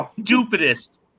stupidest